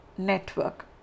network